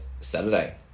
Saturday